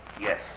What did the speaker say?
Yes